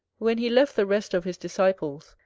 when he left the rest of his disciples,